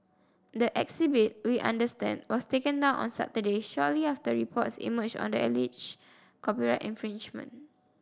the exhibit we understand was taken down on Saturday shortly after reports emerged on the alleged copyright infringement